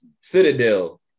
Citadel